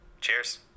cheers